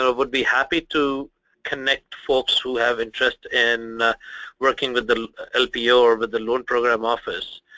ah would be happy to connect folks who have interest in working with the lpo, or but the loan program office.